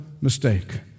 mistake